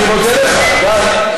אני מודה לך, די.